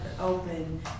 open